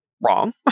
wrong